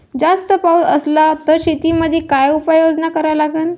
जास्त पाऊस असला त शेतीमंदी काय उपाययोजना करा लागन?